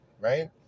right